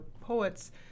poets